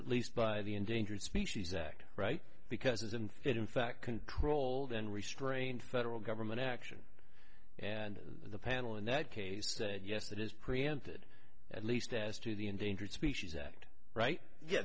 at least by the endangered species act right because isn't it in fact controlled and restrained federal government action and the panel in that case said yes that is preempted at least as to the endangered species act right ye